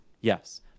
Yes